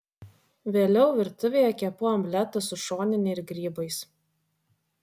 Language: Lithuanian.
vėliau virtuvėje kepu omletą su šonine ir grybais